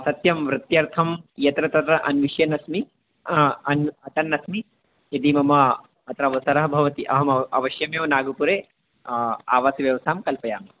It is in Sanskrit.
सत्यं वृत्यर्थं यत्र तत्र अन्विष्यन् अस्मि अन् अटनम् अस्मि यदि मम अत्र अवसरः भवति अहमेव अवश्यमेव नागपुरे आवासव्यवस्थां कल्पयामि